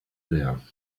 there